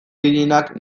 gehienak